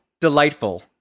delightful